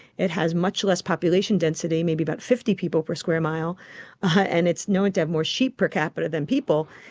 it has much less population density, maybe about fifty people per square mile and it's known to have more sheep per capita than people.